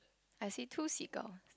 I see two seagull